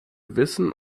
wissen